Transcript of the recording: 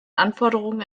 anforderungen